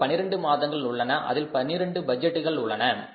நமக்கு 12 மாதங்கள் உள்ளன அதில் 12 பட்ஜெட்டுகள் உள்ளன